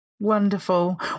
wonderful